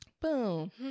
boom